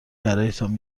برایتان